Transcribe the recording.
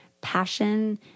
passion